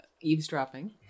eavesdropping